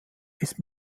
ist